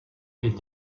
est